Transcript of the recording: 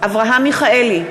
אברהם מיכאלי,